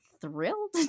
thrilled